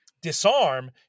Disarm